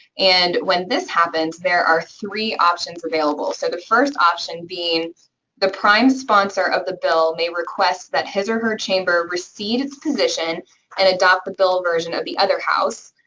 and when this happens, there are three options available. so the first option being the prime sponsor of the bill may request that his or her chamber recede it's position and adopt the bill version of the other house.